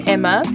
Emma